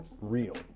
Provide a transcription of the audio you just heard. real